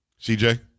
CJ